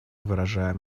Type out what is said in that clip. выражаем